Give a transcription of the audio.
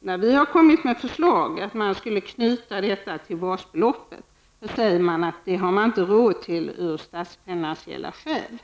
När vi har kommit med förslag om att knyta detta till basbeloppet, säger man att det har man inte råd med av statsfinansiella skäl.